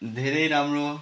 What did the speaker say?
धेरै राम्रो